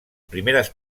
primeres